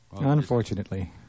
unfortunately